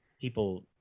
people